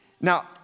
Now